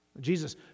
Jesus